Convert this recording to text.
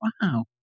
wow